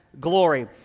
glory